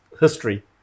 history